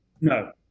No